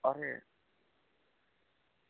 અરે